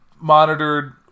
Monitored